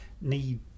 need